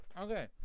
Okay